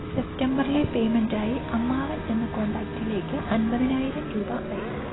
സെപ്റ്റംബറിലെ payment ആയി അമ്മാവൻ എന്ന കോണ്ടാക്ടിലേക്ക് അൻപതിനായിരം രൂപ അയയ്ക്കുക